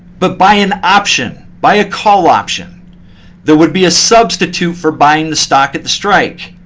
but buy an option, buy a call option that would be a substitute for buying the stock at the strike.